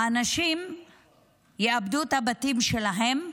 האנשים יאבדו את הבתים שלהם,